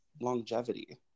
longevity